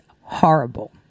horrible